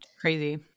Crazy